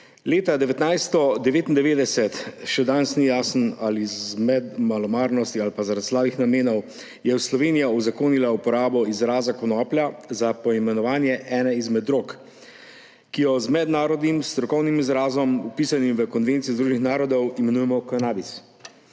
Leta 1999, še danes ni jasno ali iz malomarnosti ali zaradi slabih namenov, je Slovenija uzakonila uporabo izraza konoplja za poimenovanje ene izmed drog, ki jo z mednarodnim strokovnim izrazom, vpisanim v konvencijo Združenih narodov, imenujemo Cannabis.